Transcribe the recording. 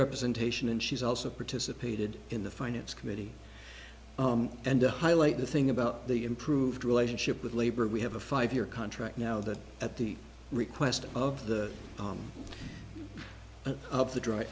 representation and she's also participated in the finance committee and to highlight the thing about the improved relationship with labor we have a five year contract now that at the request of the of the dry